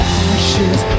ashes